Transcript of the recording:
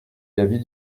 l’avis